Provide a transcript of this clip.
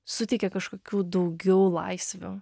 suteikia kažkokių daugiau laisvių